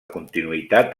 continuïtat